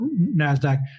NASDAQ